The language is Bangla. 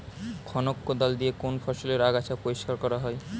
খনক কোদাল দিয়ে কোন ফসলের আগাছা পরিষ্কার করা হয়?